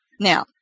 Now